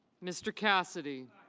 mr. cassidy.